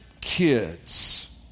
kids